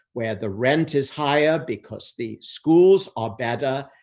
where the rent is higher because the schools are better.